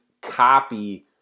copy